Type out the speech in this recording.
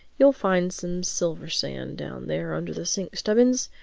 you'll find some silver-sand down there, under the sink, stubbins.